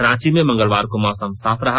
रांची में मंगलवार को मौसम साफ रहा